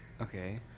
Okay